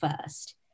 first